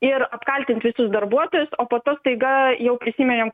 ir apkaltint visus darbuotojus o po to staiga jau prisiminėm